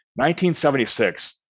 1976